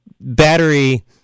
battery